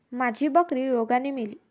माझी बकरी रोगाने मेली